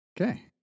Okay